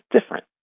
different